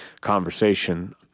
conversation